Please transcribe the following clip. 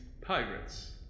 pirates